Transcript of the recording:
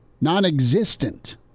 non-existent